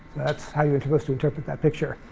that's how you're supposed to interpret that picture.